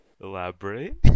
elaborate